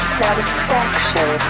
satisfaction